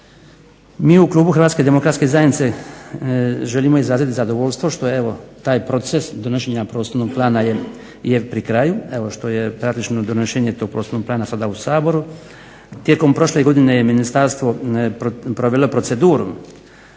Mi u klubu HDZ-a želimo izraziti zadovoljstvo što je evo taj proces donošenja prostornog plana pri kraju, evo što je praktično donošenje tog prostornog plana sada u Saboru. Tijekom prošle godine je ministarstvo provelo proceduru